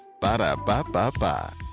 Ba-da-ba-ba-ba